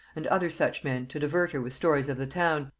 and other such men, to divert her with stories of the town,